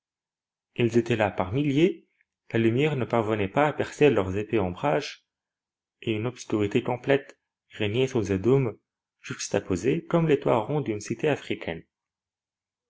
ils étaient là par milliers la lumière ne parvenait pas à percer leur épais ombrage et une obscurité complète régnait sous ces dômes juxtaposés comme les toits ronds d'une cité africaine